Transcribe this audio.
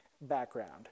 background